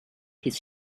his